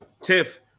Tiff